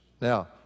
now